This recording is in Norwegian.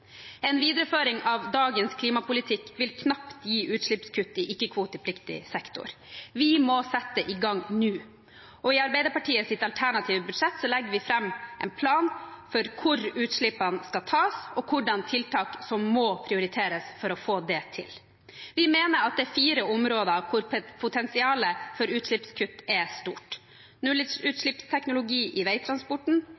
En videreføring av dagens klimapolitikk vil knapt gi utslippskutt i ikke-kvotepliktig sektor. Vi må sette i gang nå, og i Arbeiderpartiets alternative budsjett legger vi fram en plan for hvor utslippskuttene skal tas, og hvilke tiltak som må prioriteres for å få det til. Vi mener det er fire områder hvor potensialet for utslippskutt er stort: